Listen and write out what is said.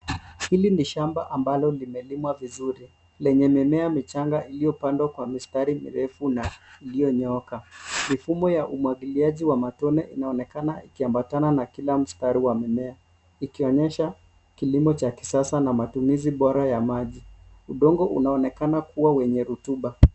Hili ni shamba ambalo limelimwa vizuri, lenye mimea michanga iliyopandwa kwa mistari mirefu na iliyonyooka. Mifumo ya umwagiliaji wa matone unaonekana ukiambatana na kila mstari wa mimea ikionyesha ukulima wa kisasa na matumizi bora ya maji. Udongo unaonekana kuwa wenye rotuba.